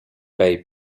bay